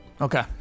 Okay